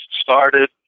started